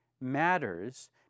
matters